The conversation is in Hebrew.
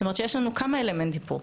זאת אומרת שיש לנו כמה אלמנטים פה.